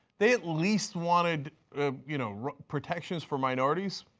they at least wanted you know protections for minorities,